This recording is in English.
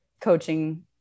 coaching